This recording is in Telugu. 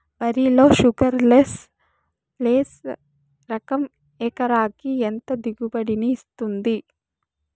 వరి లో షుగర్లెస్ లెస్ రకం ఎకరాకి ఎంత దిగుబడినిస్తుంది